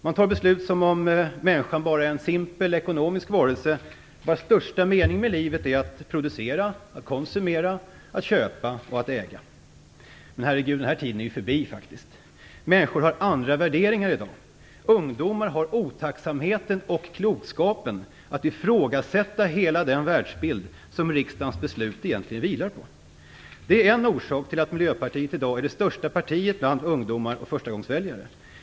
Man fattar beslut som om människan bara är en simpel ekonomisk varelse, vars största mening med livet är att producera, konsumera, köpa och äga. Men den tiden är faktiskt förbi. Människor har andra värderingar i dag. Ungdomar har otacksamheten och klokskapen att ifrågasätta hela den världsbild som riksdagens beslut egentligen vilar på. Det är en orsak till att Miljöpartiet i dag är det största partiet bland ungdomar och förstagångsväljare.